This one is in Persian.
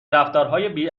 رفتارهای